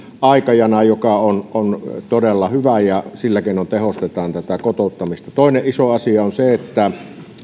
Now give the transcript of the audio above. aikajana joka on on todella hyvä ja sillä keinoin tehostetaan tätä kotouttamista toinen iso asia on se että